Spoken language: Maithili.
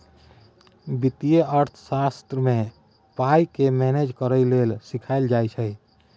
बित्तीय अर्थशास्त्र मे पाइ केँ मेनेज करय लेल सीखाएल जाइ छै